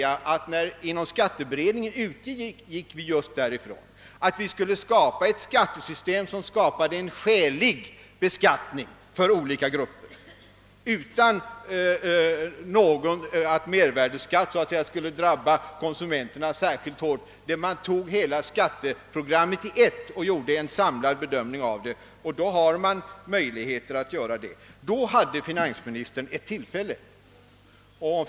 Jag vill då säga att inom skatteberedningen utgick vi ifrån att vi skulle utarbeta ett skattesystem som åstadkom en skälig beskattning för olika grupper utan att en mervärdeskatt skulle drabba konsumenterna särskilt hårt. Vi tog upp hela skatteproblemet och gjorde en samlad bedömning av det. Där hade finansministern ett tillfälle, ty då fanns möjligheterna.